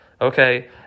okay